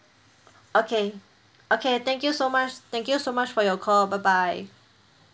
okay okay thank you so much thank you so much for your call bye bye